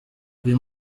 uyu